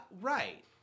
right